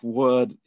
word